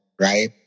Right